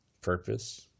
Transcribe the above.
purpose